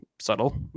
subtle